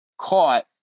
caught